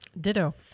Ditto